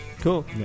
Cool